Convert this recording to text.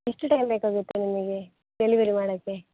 ಎಷ್ಟು ಟೈಮ್ ಬೇಕಾಗುತ್ತೆ ನಿಮಗೆ ಡೆಲಿವರಿ ಮಾಡೋಕ್ಕೆ